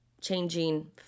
changing